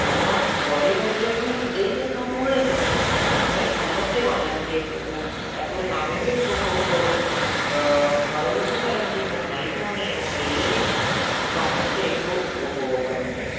ଆମ ପରିବାରରେ ବି ଏଇଟା ସବୁବେଳେ ପ୍ରଥା ଘରେ ସମସ୍ତେ ବନାନ୍ତି ସବୁ ତାକୁ ଆମେ ବି ଉପଭୋଗ କରୁ ଆମ ଘର ଲୋକ କରନ୍ତି ମୋ ଭାଇ ଭଉଣୀ ଆମ ରିଲେଟିଭ୍ସ ସମସ୍ତେ ଏହାକୁ ଉପଭୋଗ କରନ୍ତି